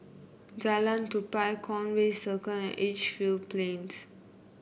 Jalan Tupai Conway Circle and Edgefield Plains